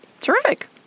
Terrific